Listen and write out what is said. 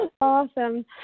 Awesome